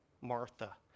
Martha